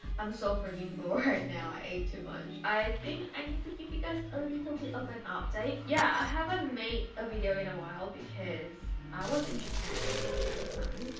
i'm so freaking full right now. i ate too much. i think i need to give you guys a little bit of an update. yeah, i haven't made a video in a while because i was in japan, as you guys know,